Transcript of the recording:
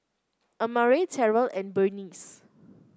Amare Terell and Berneice